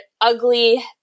ugly